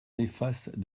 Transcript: néfastes